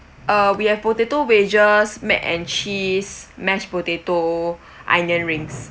uh we have potato wedges mac and cheese mashed potato onion rings